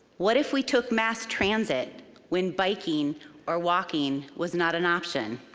what if we took mass transit when biking or walking was not an option?